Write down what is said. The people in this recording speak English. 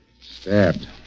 Stabbed